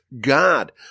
God